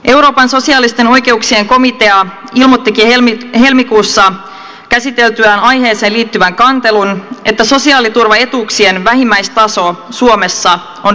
euroopan sosiaalisten oikeuksien komitea ilmoittikin helmikuussa käsiteltyään aiheeseen liittyvän kantelun että sosiaaliturvaetuuksien vähimmäistaso suomessa on riittämätön